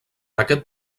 aquest